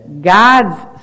God's